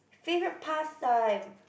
favorite pastime